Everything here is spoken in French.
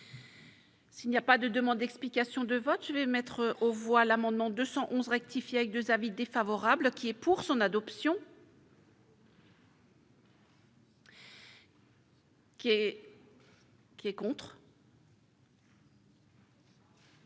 S'il n'y a pas de demande d'explication de vote, je vais mettre aux voix l'amendement 211 rectifié avec 2 avis défavorables qui est pour son adoption. Il n'est